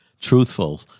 truthful